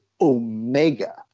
Omega